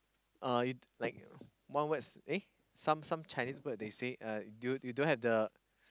uh if like one words eh some some Chinese words they say uh you you don't have the